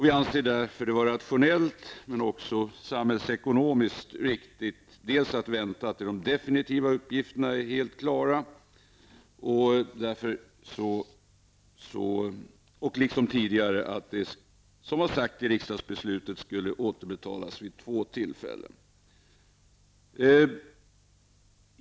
Vi anser det därför vara rationellt, men också samhällsekonomiskt riktigt, dels att vänta tills de definitiva uppgifterna är klara, dels att som i det tidigare riksdagsbeslutet låta återbetalningen ske vid två tillfällen.